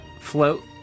float